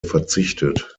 verzichtet